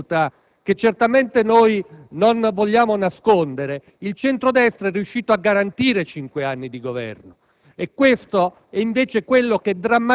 Guardi, signor Presidente, pur con grandi difficoltà - che certamente noi non vogliamo nascondere - il centro-destra è riuscito a garantire cinque anni di Governo